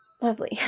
Lovely